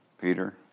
Peter